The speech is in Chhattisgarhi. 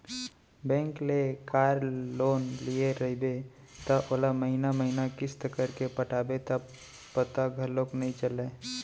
बेंक ले कार लोन लिये रइबे त ओला महिना महिना किस्त करके पटाबे त पता घलौक नइ चलय